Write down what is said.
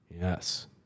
Yes